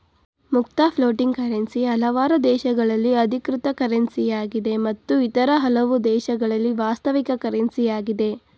ಮುಕ್ತ floating currency ಹಲವಾರು ದೇಶದಲ್ಲಿ ಅಧಿಕೃತ ಕರೆನ್ಸಿಯಾಗಿದೆ ಮತ್ತು ಇತರ ಹಲವು ದೇಶದಲ್ಲಿ ವಾಸ್ತವಿಕ ಕರೆನ್ಸಿ ಯಾಗಿದೆ